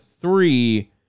three